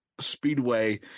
Speedway